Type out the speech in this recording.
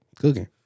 Cooking